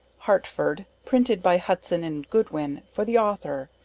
hartford printed by hudson and goodwin, for the author.